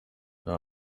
nta